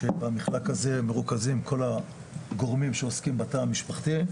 כשבמחלק הזה מרוכזים כל הגורמים שעוסקים בתא המשפחתי,